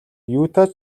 юутай